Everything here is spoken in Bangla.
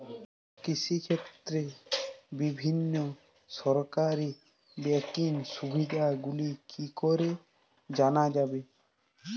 কৃষিক্ষেত্রে বিভিন্ন সরকারি ব্যকিং সুবিধাগুলি কি করে জানা যাবে?